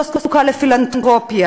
לא זקוקה לפילנתרופיה,